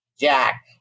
Jack